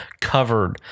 covered